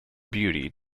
beauty